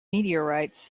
meteorites